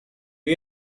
you